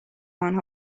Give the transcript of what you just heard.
آنها